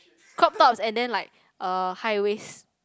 crop tops and then like uh high waist